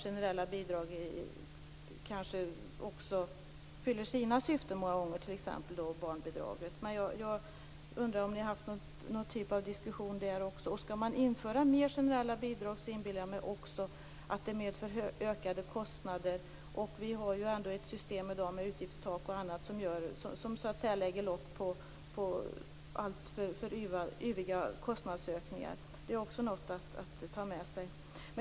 Generella bidrag kanske också fyller sina syften många gånger, t.ex. barnbidraget. Men jag undrar om ni har haft någon typ av diskussion där också. Skall man införa mer generella bidrag så inbillar jag mig också att det medför ökade kostnader. Och vi har ju ändå ett system med utgiftstak och annat som så att säga lägger lock på alltför yviga kostnadsökningar. Det är också något att ta med sig.